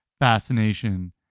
fascination